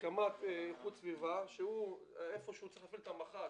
לקמ"ט איכות סביבה, שצריך להפעיל את המח"ט.